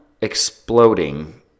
exploding